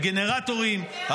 הגנרטורים,